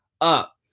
up